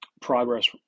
progress